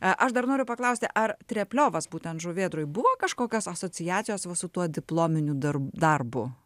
aš dar noriu paklausti ar trepliovas būtent žuvėdroj buvo kažkokios asociacijos su tuo diplominiu darbu darbu